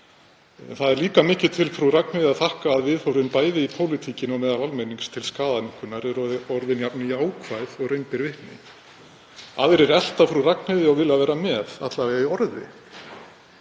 Það er líka mikið til Frú Ragnheiði að þakka að viðhorfin bæði í pólitíkinni og meðal almennings til skaðaminnkunar eru orðin jafn jákvæð og raun ber vitni. Aðrir elta Frú Ragnheiði og vilja vera með, alla vega í orði.